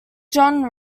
john